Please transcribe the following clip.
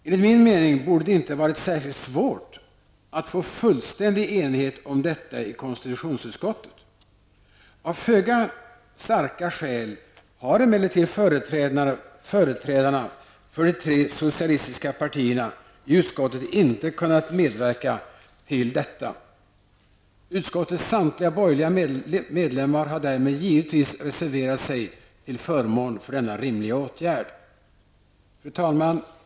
Enligt min mening borde det inte ha varit särskilt svårt att få fullständig enighet om detta i konstitutionsutskottet. Av föga starka skäl har emellertid företrädarna för de tre socialistiska partierna i utskottet inte kunnat medverka till detta. Utskottets samtliga borgerliga medlemmar har därmed givetvis reserverat sig till förmån för denna rimliga åtgärd. Fru talman!